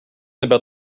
about